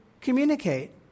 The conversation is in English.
communicate